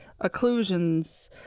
occlusions